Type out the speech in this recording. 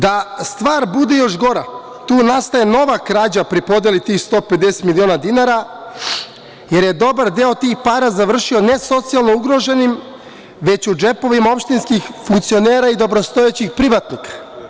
Da stvar bude još gora, tu nastaje nova krađa pri podeli tih 150 miliona dinara, jer je dobar deo tih para završio ne socijalno ugroženim, već u džepovima opštinskih funkcionera i dobrostojećih privatnika.